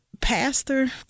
pastor